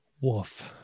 Wolf